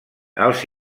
els